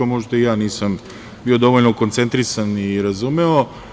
Možda i ja nisam bio dovoljno koncentrisan i nisam razumeo.